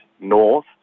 north